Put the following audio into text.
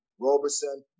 Roberson